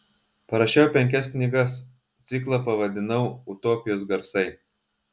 parašiau penkias knygas ciklą pavadinau utopijos garsai